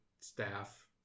staff